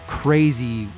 crazy